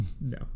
No